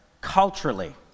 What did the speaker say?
culturally